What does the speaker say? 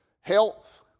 health